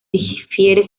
difiere